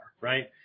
right